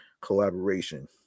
collaboration